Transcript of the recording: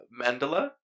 Mandela